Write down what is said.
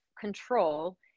control